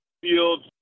Fields